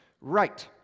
right